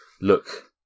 look